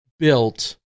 built